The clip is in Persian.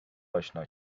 آشنا